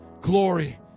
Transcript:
glory